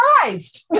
surprised